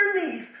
underneath